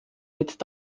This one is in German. mit